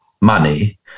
money